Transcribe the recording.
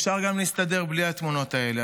אפשר להסתדר גם בלי התמונות האלה.